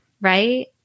Right